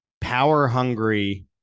power-hungry